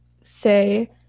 say